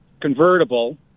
convertible